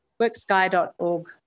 worksky.org